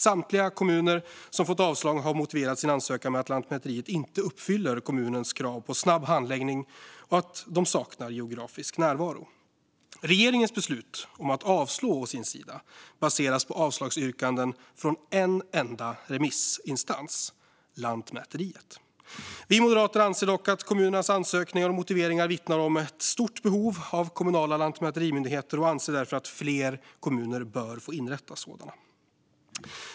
Samtliga kommuner som fått avslag har motiverat sin ansökan med att Lantmäteriet inte uppfyller kommunens krav på snabb handläggning och att myndigheten saknar geografisk närvaro. Regeringens beslut om att avslå å sin sida baseras på avslagsyrkanden från en enda remissinstans: Lantmäteriet. Vi moderater anser dock att kommunernas ansökningar och motiveringar vittnar om ett stort behov av kommunala lantmäterimyndigheter och anser därför att fler kommuner bör få inrätta sådana.